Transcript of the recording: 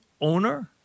owner